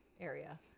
area